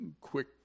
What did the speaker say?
quick